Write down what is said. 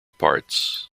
parts